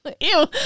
Ew